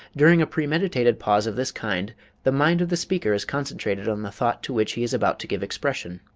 during a premeditated pause of this kind the mind of the speaker is concentrated on the thought to which he is about to give expression.